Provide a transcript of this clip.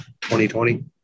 2020